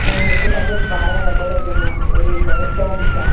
ऐं हिकु पेकेट ॿारहां रबड़ जंहिंमें हुजनि इरेज़र डॉम्स जा